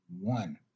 one